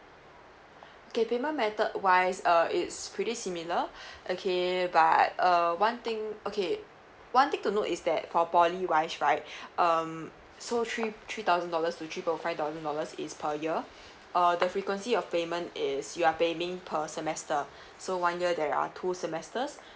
K payment method wise uh it's pretty similar okay but err one thing okay one thing to note is that for poly wise right um so three three thousand dollars to three point five thousand dollars is per year uh the frequency of payment is you are paying per semester so one year there are two semesters